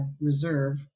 reserve